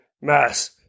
Mass